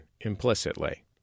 implicitly